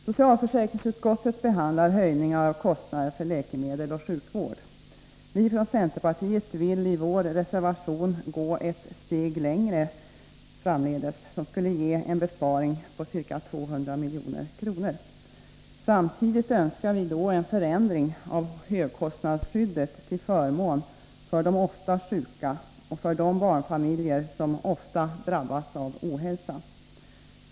Socialförsäkringsutskottet behandlar höjningar av kostnaderna för läkemedel och sjukvård. Vi från centerpartiet vill i vår reservation gå ett steg längre framdeles. Förslaget i vår reservation skulle ge en besparing på ca 200 milj.kr. Samtidigt önskar vi en förändring av högkostnadsskyddet till förmån för dem som ofta är sjuka och för de barnfamiljer som ofta drabbas av ohälsa.